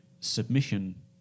submission